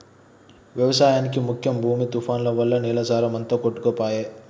వ్యవసాయానికి ముఖ్యం భూమి తుఫాన్లు వల్ల నేల సారం అంత కొట్టుకపాయె